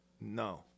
No